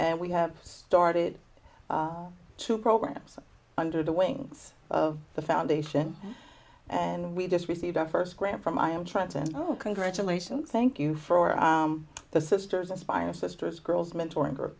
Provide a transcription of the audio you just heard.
and we have started two programs under the wings of the foundation and we just received our first grant from i am trying to congratulation thank you for the sisters aspire sisters girls mentor and group